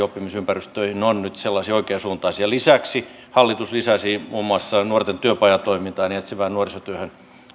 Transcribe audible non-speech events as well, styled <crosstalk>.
<unintelligible> oppimisympäristöihin ovat nyt sellaisia oikeansuuntaisia toimia lisäksi hallitus lisäsi muun muassa nuorten työpajatoimintaan ja etsivään nuorisotyöhön